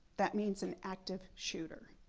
that means an active shooter.